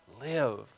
live